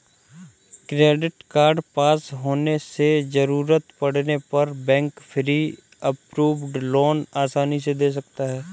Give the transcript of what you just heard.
credit card पास होने से जरूरत पड़ने पर बैंक प्री अप्रूव्ड लोन आसानी से दे देता है